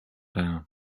down